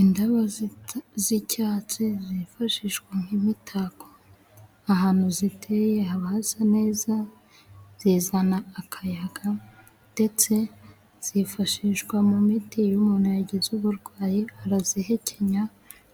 Indabo z'icyatsi zifashishwa nk'imitako, ahantu ziteye haba hasa neza, zizana akayaga ndetse zifashishwa mu miti. Iyo umuntu yagize uburwayi arazihekenya